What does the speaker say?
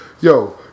yo